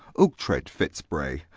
ughtred fitz bray,